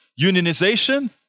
unionization